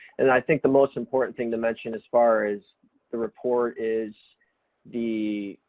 and i think the most important thing to mention as far as the report is the,